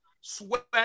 Sweat